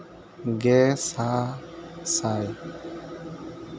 ᱜᱮ ᱥᱟᱥᱟᱭ